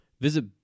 Visit